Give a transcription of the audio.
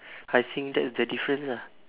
I think that is the difference ah